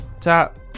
tap